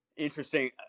interesting